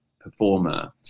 performer